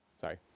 Sorry